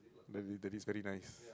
that means that is very nice